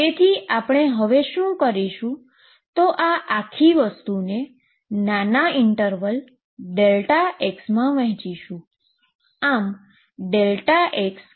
તેથી આપણે શું કરીશું કે આપણે આ આખી વસ્તુને નાના ઈન્ટરવલ Δx માં વહેંચીશું